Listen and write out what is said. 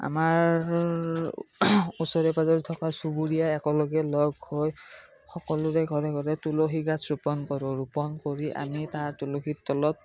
আমাৰ ওচৰে পাজৰে থকা চুবুৰীয়া একেলগে লগ হৈ সকলোৰে ঘৰে ঘৰে তুলসী গছ ৰোপণ কৰোঁ ৰোপণ কৰি আমি তাৰ তুলসীৰ তলত